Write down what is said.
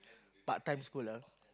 part time is good lah